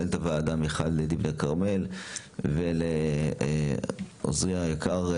למנהלת הוועדה מיכל דיבנר-כרמל ולעוזרי היקר,